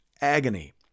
agony